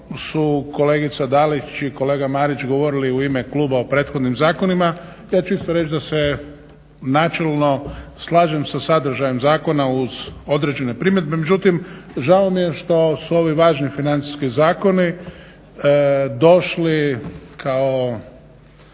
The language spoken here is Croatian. su kolegica Dalić i kolega Marić govorili u ime kluba o prethodnim zakonima ja ću isto reći da se načelno slažem sa sadržajem zakona uz određene primjedbe. Međutim, žao mi je što su ovi važni financijski zakoni došli kao